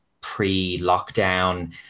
pre-lockdown